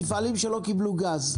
מפעלים שלא קבלו גז?